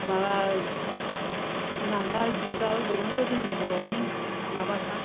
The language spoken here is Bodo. माबा नांगोल जुंगाल बेफोरबो जोंनि बर'नि माबाखा